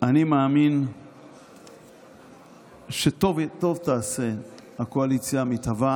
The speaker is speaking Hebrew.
אני מאמין שטוב תעשה הקואליציה המתהווה